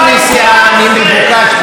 בכל נסיעה אני מבוקש.